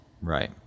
Right